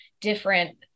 different